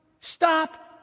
Stop